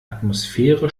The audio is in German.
atmosphäre